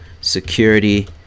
security